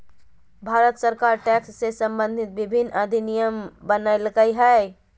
भारत सरकार टैक्स से सम्बंधित विभिन्न अधिनियम बनयलकय हइ